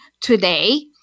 today